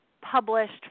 published